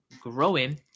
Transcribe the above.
growing